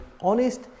honest